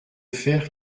faire